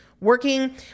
working